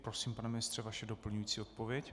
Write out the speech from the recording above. Prosím, pane ministře, vaše doplňující odpověď.